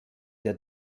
der